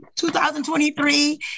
2023